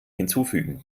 hinzufügen